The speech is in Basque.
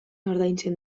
ordaintzen